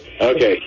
Okay